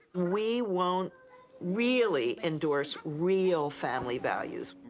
we won't really endorse real family values,